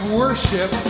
worship